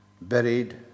Buried